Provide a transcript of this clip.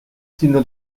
sinó